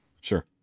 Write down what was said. Sure